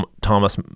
Thomas